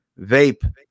vape